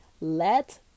Let